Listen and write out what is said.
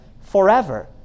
Forever